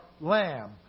lamb